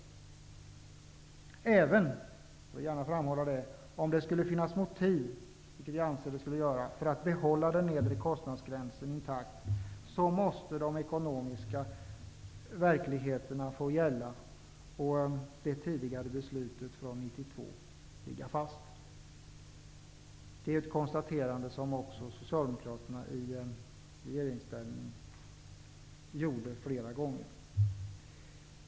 Även om det skulle finnas motiv -- vilket jag anser att det skulle -- för att behålla den nedre kostnadsgränsen intakt, måste de ekonomiska verkligheterna få gälla och det tidigare beslutet från 1992 ligga fast. Det är ett konstaterande som också Socialdemokraterna gjorde flera gånger när de var i regeringsställning.